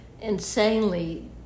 insanely